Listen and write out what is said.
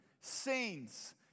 saints